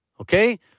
Okay